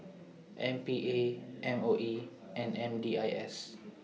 M P A M O E and M D I S